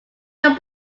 your